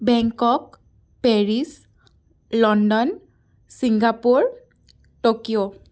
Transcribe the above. Bangkok Paris London Singapore Tokyo